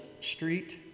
street